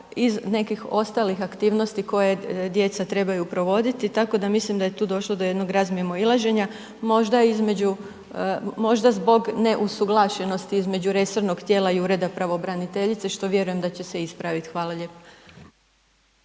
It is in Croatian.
i nekih ostalih aktivnosti koje djeca trebaju provoditi, tako da mislim da je tu došlo do jednog razmimoilaženja, možda zbog neusuglašenosti između resornog tijela i ureda pravobraniteljica, što vjerujem da će se ispravit. Hvala lijepo.